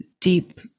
deep